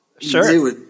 Sure